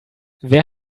wer